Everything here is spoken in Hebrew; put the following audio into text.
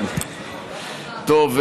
כן, שעון עליזה.